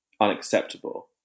unacceptable